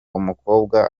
umukobwa